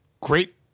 Great